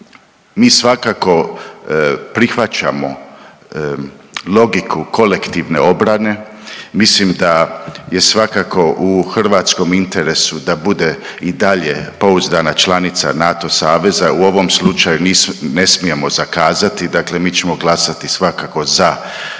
mi svakako prihvaćamo logiku kolektivne obrane, mislim da je svakako u hrvatskom interesu da bude i dalje pouzdana članica NATO saveza u ovom slučaju ne smijemo zakazati, dakle mi ćemo glasati svakako za prijem